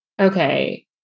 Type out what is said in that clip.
Okay